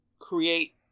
create